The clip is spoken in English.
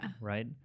right